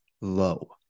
low